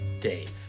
Dave